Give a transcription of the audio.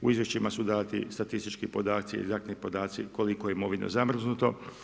U izvješćima su dati statistički podaci, egzaktni podaci koliko je imovine zamrznuto.